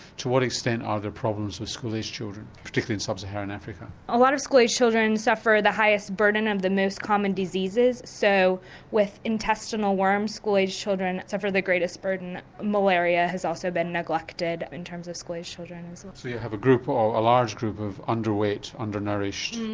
to what extent are there problems with school age children particularly in sub-saharan africa? a lot of school-age children suffer the highest burden of the most common diseases so with intestinal worms school age children suffer the greatest burden, malaria has also been neglected in terms of school-age children. so so you have a group or a large group of underweight, undernourished,